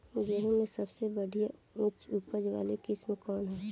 गेहूं में सबसे बढ़िया उच्च उपज वाली किस्म कौन ह?